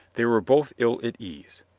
they were both ill at ease.